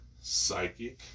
psychic